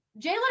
Jalen